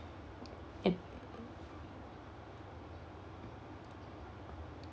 at